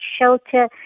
shelter